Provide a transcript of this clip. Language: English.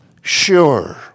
sure